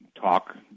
talk